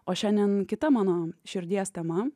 o šiandien kita mano širdies tema